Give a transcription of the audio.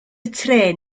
trên